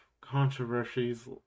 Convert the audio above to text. controversies